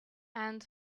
and